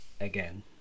again